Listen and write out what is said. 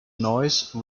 noise